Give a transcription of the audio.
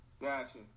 Gotcha